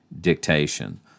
dictation